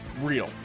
real